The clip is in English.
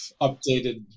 updated